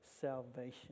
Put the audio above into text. salvation